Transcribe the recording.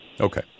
Okay